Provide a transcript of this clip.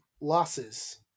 losses